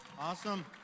awesome